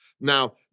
Now